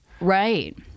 right